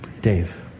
Dave